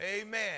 Amen